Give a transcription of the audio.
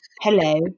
Hello